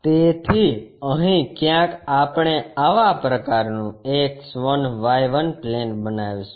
તેથી અહીં ક્યાંક આપણે આવા પ્રકારનું X1 Y1 પ્લેન બનાવીશું